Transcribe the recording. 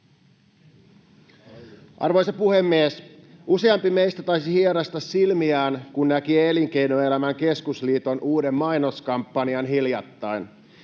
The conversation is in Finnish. Arvoisa puhemies! Useampi meistä taisi hieraista silmiään, kun näki Elinkeinoelämän keskusliiton uuden mainoskampanjan hiljattain.